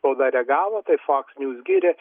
spauda reagavo tai foks niuz giria